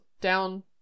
down